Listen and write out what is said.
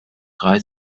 drei